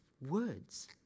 words